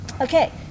Okay